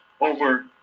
over